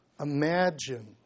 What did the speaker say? Imagine